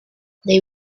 they